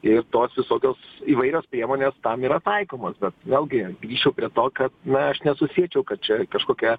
ir tos visokios įvairios priemonės tam yra taikomos bet vėlgi grįšiu prie to kad na aš nesusilčiau kad čia kažkokia